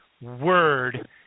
word